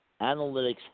Analytics